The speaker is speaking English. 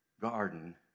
garden